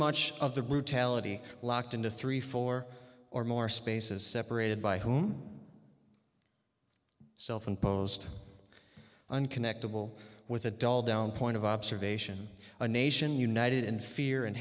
much of the brutality locked into three four or more spaces separated by whom self imposed unconnected will with a dull down point of observation a nation united in fear and